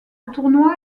tournoi